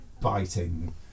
biting